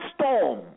storm